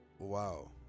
wow